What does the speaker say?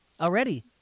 already